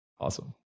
Awesome